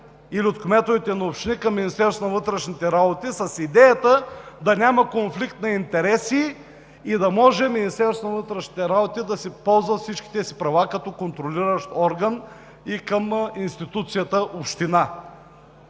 или от кметовете на общини с идеята да няма конфликт на интереси, и да може Министерството на вътрешните работи да ползва всичките си права като контролиращ орган и към институцията община.